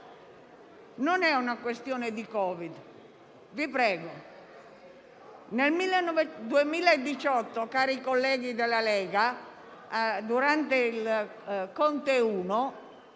Non è una questione di Covid,